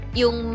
yung